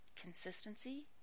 consistency